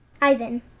Ivan